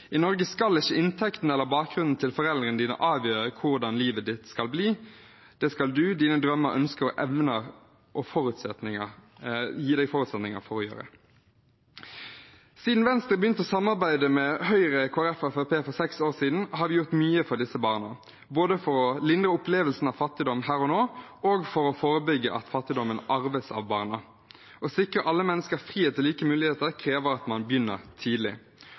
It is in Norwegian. I Norge skal ikke inntekten eller bakgrunnen til foreldrene avgjøre hvordan livet skal bli; det skal en selv og ens drømmer, ønsker og evner gi en forutsetninger for å gjøre. Siden Venstre begynte å samarbeide med Høyre, Kristelig Folkeparti og Fremskrittspartiet for seks år siden, har vi gjort mye for disse barna, både for å lindre opplevelsen av fattigdom her og nå og for å forebygge at fattigdommen arves av barna. Å sikre alle menneskers frihet og like muligheter krever at man begynner tidlig.